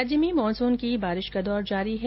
राज्य में मानसून की बारिश का दौर जारी है